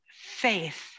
faith